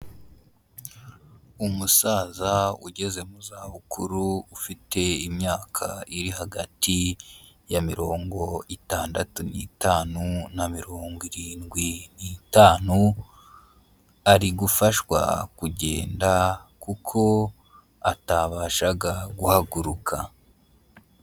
Umusaza ugeze mu za bukuru ufite imyaka iri hagati ya mirongo itandatu n'itanu na mirongo irindwi n'itanu, ari gufashwa kugenda kuko atabashaga guhaguruka.